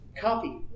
copy